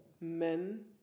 men